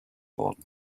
worden